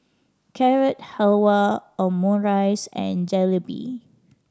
Carrot Halwa Omurice and Jalebi